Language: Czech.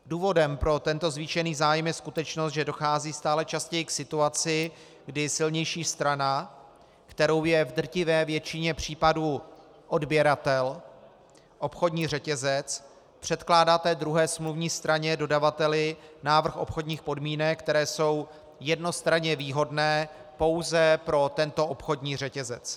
Důvodem pro tento zvýšený zájem je skutečnost, že dochází stále častěji k situaci, kdy silnější strana, kterou je v drtivé většině případů odběratel, obchodní řetězec, předkládá druhé smluvní straně, dodavateli, návrh obchodních podmínek, které jsou jednostranně výhodné pouze pro tento obchodní řetězec.